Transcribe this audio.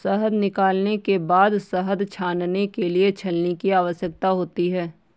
शहद निकालने के बाद शहद छानने के लिए छलनी की आवश्यकता होती है